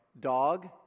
Dog